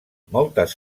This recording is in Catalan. moltes